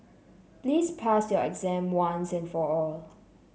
please pass your exam once and for all